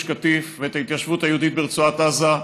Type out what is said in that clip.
קטיף ואת ההתיישבות היהודית ברצועת עזה,